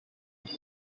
who